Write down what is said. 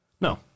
no